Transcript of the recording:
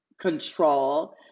control